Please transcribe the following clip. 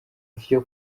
vyo